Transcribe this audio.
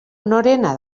norena